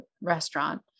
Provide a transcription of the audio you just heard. restaurant